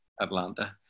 Atlanta